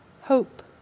Hope